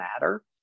matter